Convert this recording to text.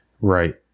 Right